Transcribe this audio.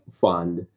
Fund